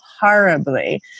horribly